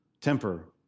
temper